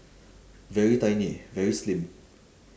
very tiny very slim